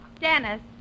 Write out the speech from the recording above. Dennis